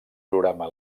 programa